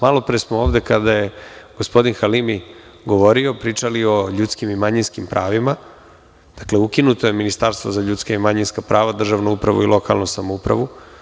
Malopre smo ovde, kada je gospodin Halimi govorio, pričali o ljudskim i manjinskim pravima, dakle ukinuto je Ministarstvo za ljudska i manjinska prava, državnu upravu i lokalnu samoupravu.